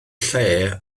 lle